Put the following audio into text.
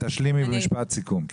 תשלימי במשפט סיכום.